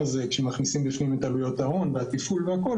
כשמכניסים בפנים את עלויות ההון והתפעול והכול,